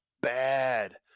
bad